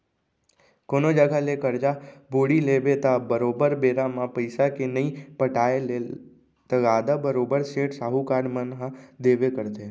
कोनो जघा ले करजा बोड़ी लेबे त बरोबर बेरा म पइसा के नइ पटाय ले तगादा बरोबर सेठ, साहूकार मन ह देबे करथे